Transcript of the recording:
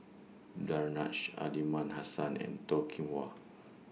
Danaraj Aliman Hassan and Toh Kim Hwa